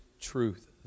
truth